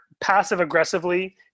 passive-aggressively